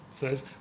says